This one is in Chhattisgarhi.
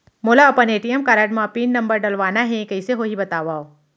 मोला अपन ए.टी.एम कारड म पिन नंबर डलवाना हे कइसे होही बतावव?